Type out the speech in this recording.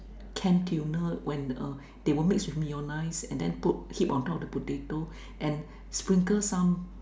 canned tuna when uh they were mixed with mayonnaise and then put on top of the potato and sprinkle some